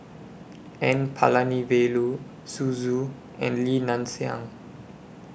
N Palanivelu Zhu Xu and Li Nanxing